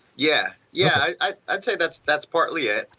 yeah yeah, i would say that's that's partly it.